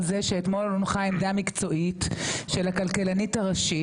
זה שאתמול הונחה עמדה מקצועית של הכלכלנית הראשית.